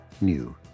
new